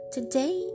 Today